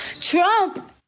Trump